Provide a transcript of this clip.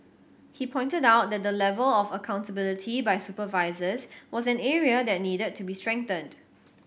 he pointed out that the level of accountability by supervisors was an area that needed to be strengthened